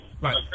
Right